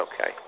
Okay